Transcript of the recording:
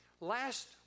Last